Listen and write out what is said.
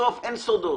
בסוף אין סודות.